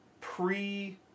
pre